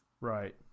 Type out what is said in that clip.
Right